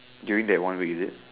during that one week is it